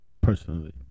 personally